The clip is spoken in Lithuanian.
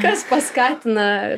kas paskatina